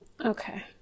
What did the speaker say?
Okay